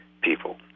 people